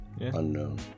unknown